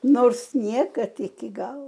nors niekad iki galo